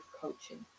coaching